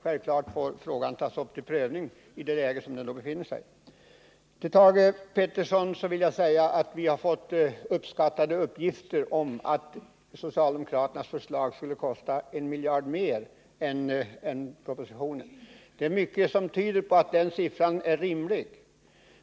Självfallet får frågan tas upp till förnyad prövning i det läge som den då befinner sig I Till Thage Peterson vill jag säga att enligt de sifferuppskattningar som vi har fått skulle socialdemokraternas förslag komma att kosta en miljard mer än propositionens förslag. Det är mycket som tyder på att den uppskattningen är rimlig.